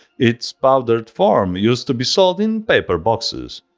its powdered form used to be sold in paper boxes.